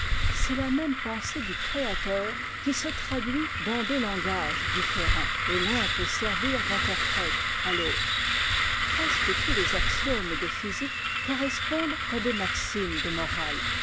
c'est la même pensée du créateur qui se traduit dans deux langages différents et l'un peut servir d'interprète à l'àutre presque tous les axiomes de physique correspondent à des maximes de morale